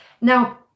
Now